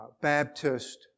Baptist